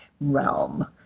realm